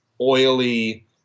oily